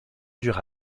dure